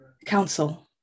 Council